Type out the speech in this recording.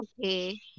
okay